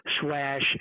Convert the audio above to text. slash